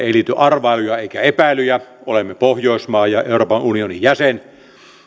ei liity arvailuja eikä epäilyjä olemme pohjoismaa ja euroopan unionin jäsen